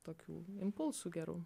tokių impulsų gerų